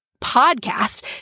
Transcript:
podcast